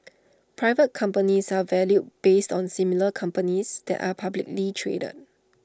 private companies are valued based on similar companies that are publicly traded